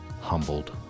humbled